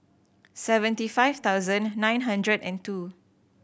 seventy five thousand nine hundred and two